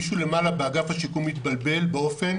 מישהו למעלה באגף השיקום התבלבל באופן